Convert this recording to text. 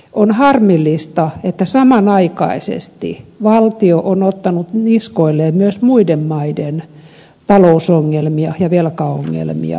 on harmillista että samanaikaisesti valtio on ottanut niskoilleen myös muiden maiden talousongelmia ja velkaongelmia